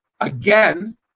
again